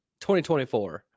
2024